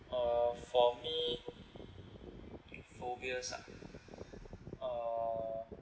uh for me phobias ah uh